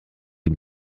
ihn